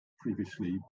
previously